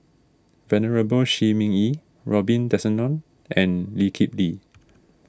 Venerable Shi Ming Yi Robin Tessensohn and Lee Kip Lee